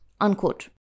Unquote